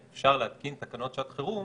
הרעיון, שאפשר להתקין תקנות שעת חירום